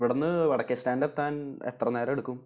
ഇവിടെ നിന്ന് വടക്കേ സ്റ്റാൻഡ് എത്താൻ എത്ര നേരം എടുക്കും